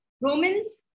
Romans